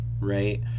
right